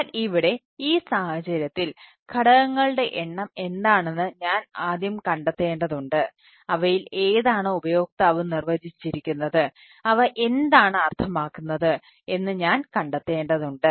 എന്നാൽ ഇവിടെ ഈ സാഹചര്യത്തിൽ ഘടകങ്ങളുടെ എണ്ണം എന്താണെന്ന് ഞാൻ ആദ്യം കണ്ടെത്തേണ്ടതുണ്ട് അവയിൽ ഏതാണ് ഉപയോക്താവ് നിർവചിച്ചിരിക്കുന്നത് അവ എന്താണ് അർത്ഥമാക്കുന്നത് എന്ന് ഞാൻ കണ്ടെത്തേണ്ടതുണ്ട്